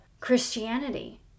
Christianity